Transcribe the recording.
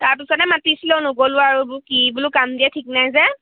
তাৰপিছতে মাতিছিলে নগ'লো আৰু কি বোলো কাম দিয়ে ঠিক নাই যে